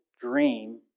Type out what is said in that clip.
dream